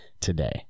today